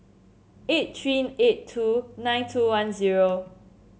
eight three eight two nine two one zero